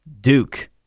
Duke